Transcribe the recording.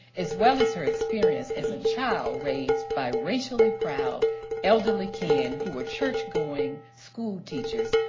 as well as her experience as a child raised by racially proud elderly kin who were churchgoing school teachers,